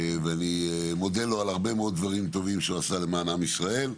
ואני מודה לו על הרבה מאוד דברים טובים שהוא עשה למען עם ישראל.